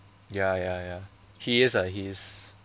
ya ya ya he is ah he is